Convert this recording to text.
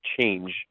change